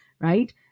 Right